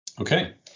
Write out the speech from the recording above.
Okay